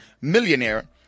millionaire